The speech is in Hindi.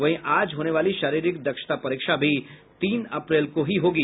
वहीं आज होने वाली शारीरिक दक्षता परीक्षा भी तीन अप्रैल को ही होगी